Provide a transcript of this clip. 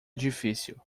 difícil